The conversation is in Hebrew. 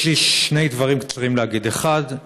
יש לי שני דברים קצרים להגיד: האחד,